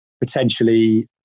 potentially